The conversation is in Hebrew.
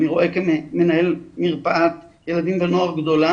ואני רואה כמנהל מרפאת ילדים ונוער גדולה,